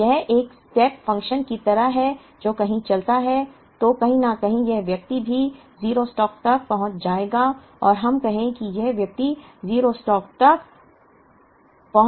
अब यह एक स्टेप फंक्शन की तरह है जो कहीं चलता है तो कहीं न कहीं यह व्यक्ति भी 0 स्टॉक तक पहुंच जाएगा या हम कहें कि यह व्यक्ति 0 स्टॉक तक पहुंच गया है